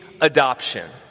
adoption